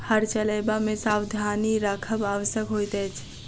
हर चलयबा मे सावधानी राखब आवश्यक होइत अछि